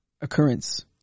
occurrence